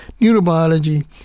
Neurobiology